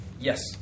Yes